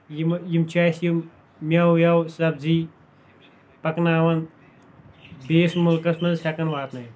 یِمہٕ یِم چھِ اَسہِ یِم مٮ۪وٕ ویوٕ سَبزی پَکناوان بیٚیس مُلکس منٛز ہٮ۪کان واتنٲیِتھ